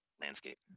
landscape